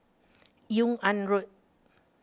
Yung An Road